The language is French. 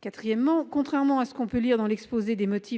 Quatrièmement, contrairement à ce que l'on peut lire dans l'objet